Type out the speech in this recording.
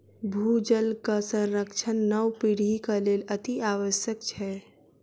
भूजलक संरक्षण नव पीढ़ीक लेल अतिआवश्यक छै